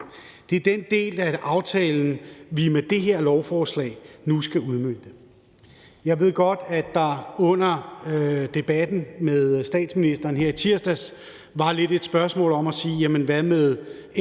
Det er den del af aftalen, vi med det her lovforslag nu skal udmønte. Jeg ved godt, at der under debatten med statsministeren her i tirsdags var et spørgsmål om efterlønnen, og hvad med den?